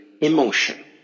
emotion